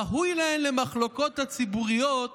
ראוי להן למחלוקות הציבוריות